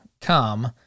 come